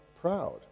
proud